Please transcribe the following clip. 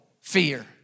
fear